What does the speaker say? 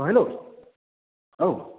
औ हेल' औ